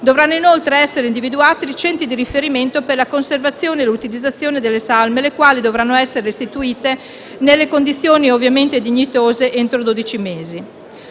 Dovranno inoltre essere individuati centri di riferimento per la conservazione e l'utilizzazione delle salme, le quali dovranno essere restituite, in condizioni dignitose, entro dodici mesi.